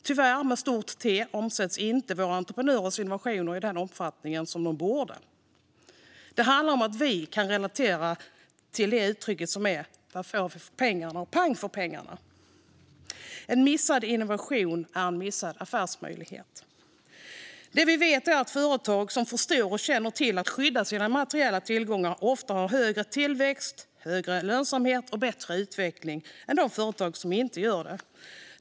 Tyvärr omsätts inte våra entreprenörers innovationer i den omfattning som de borde. Det handlar om att vi kan relatera till uttrycket att få pang för pengarna. En missad innovation är en missad affärsmöjlighet. Det vi vet är att företag som förstår och känner till att skydda sina materiella tillgångar ofta har högre tillväxt, högre lönsamhet och bättre utveckling än de företag som inte gör det.